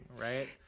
right